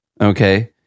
Okay